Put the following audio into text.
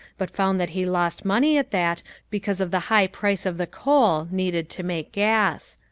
but found that he lost money at that because of the high price of the coal needed to make gas.